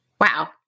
Wow